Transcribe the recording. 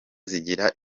zigira